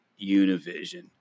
Univision